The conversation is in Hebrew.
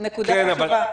נקודה חשובה.